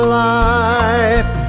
life